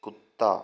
कुत्ता